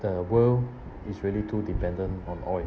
the world is really too dependent on oil